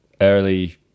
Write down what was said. early